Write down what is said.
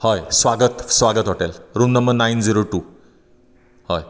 हय स्वागत स्वागत hotel room number nine zero two हय